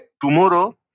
tomorrow